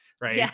right